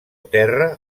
terra